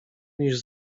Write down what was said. niż